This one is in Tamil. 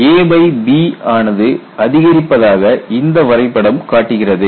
aB ஆனது அதிகரிப்பதாக இந்த வரைபடம் காட்டுகிறது